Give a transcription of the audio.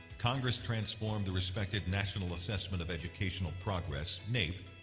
congress transformed the respected national assessment of educational progress, naep,